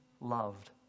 loved